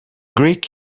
greek